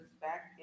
back